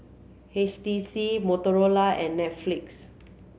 H T C Motorola and Netflix